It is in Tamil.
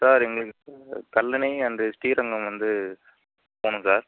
சார் எங்களுக்கு கல்லணை அண்டு ஸ்ரீரங்கம் வந்து போகனும் சார்